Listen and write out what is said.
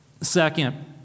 Second